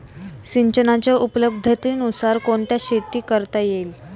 सिंचनाच्या उपलब्धतेनुसार कोणत्या शेती करता येतील?